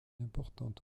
importante